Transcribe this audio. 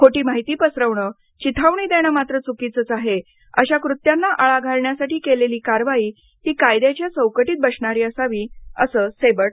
खोटी माहिती पसरवणं चिथावणी देणं मात्र चुकीचंच आहे अशा कृत्यांना आळा घालण्यासाठी केलेली कारवाई ही कायद्याच्या चौकटीत बसणारी असावी असं सेबर्ट म्हणाले